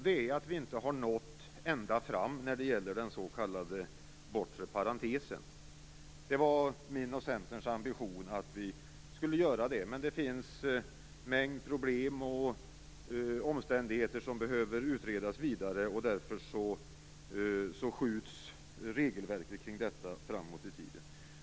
Det är att vi inte har nått ända fram när det gäller den s.k. bortre parentesen. Det var en av Centerns ambitioner att vi skulle göra det. Men det finns en mängd problem och omständigheter som behöver utredas vidare och därför skjuts regelverket kring detta framåt i tiden.